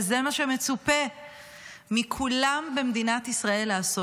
וזה מה שמצופה מכולם במדינת ישראל לעשות.